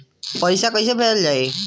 पैसा कैसे भेजल जाइ?